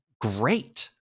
great